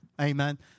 Amen